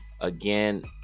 Again